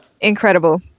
incredible